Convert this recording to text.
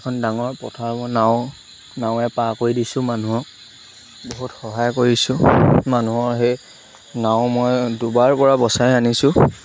এখন ডাঙৰ পথাৰ মই নাও নাৱে পাৰ কৰি দিছোঁ মানুহক বহুত সহায় কৰিছোঁ মানুহৰ সেই নাও মই ডুবাৰপৰা বচাই আনিছোঁ